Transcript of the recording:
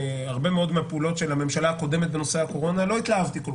מהרבה מאוד מהפעולות של הממשלה הקודמת בנושא הקורונה לא התלהבתי כל